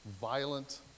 violent